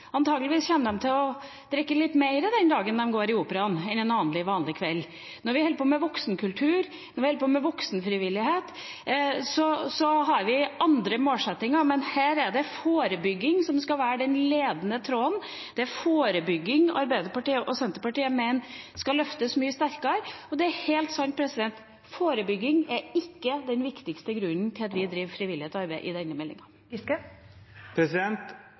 til å drikke litt mer den dagen de går i operaen, enn en annen, vanlig kveld. Når vi holder på med voksenkultur, når vi holder på med voksenfrivillighet, har vi andre målsettinger, men her er det forebygging som skal være den ledende tråden. Det er forebygging Arbeiderpartiet og Senterpartiet mener skal løftes mye sterkere. Det er helt sant: Forebygging er ikke den viktigste grunnen til at vi driver frivillighetsarbeid, i denne meldinga.